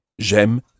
j'aime